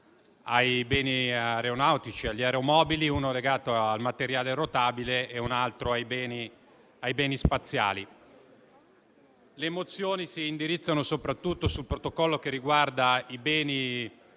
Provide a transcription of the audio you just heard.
ai beni aeronautici, agli aeromobili; un altro legato al materiale rotabile, e un protocollo relativo ai beni spaziali. Le mozioni si indirizzano soprattutto sul protocollo in tema di beni